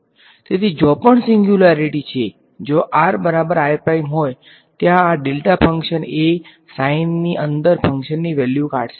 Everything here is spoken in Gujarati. તેથી જ્યાં પણ સીંગ્યુલારીટી છે કે જ્યાં rr હોય ત્યાં આ ડેલ્ટા ફંક્શન એ સાઈનની અંદર ફંક્શનની વેલ્યુ કાઢશે